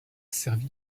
servi